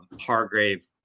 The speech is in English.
Hargrave